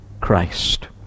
Christ